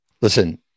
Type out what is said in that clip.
Listen